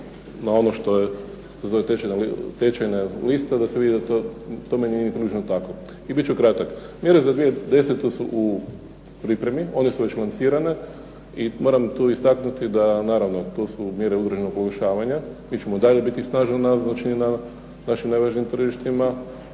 se ne razumije./… tečajne liste, da se to vidi da tome nije niti nužno tako. I bit ću kratak. Mjere za 2010. su u pripremi, one su već lansirane. I moram tu istaknuti da naravno tu su mjere …/Govornik se ne razumije./… Mi ćemo dalje biti snažni …/Govornik se ne razumije./… našim najvažnijim tržištima.